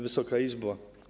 Wysoka Izbo!